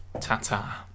Ta-ta